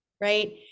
right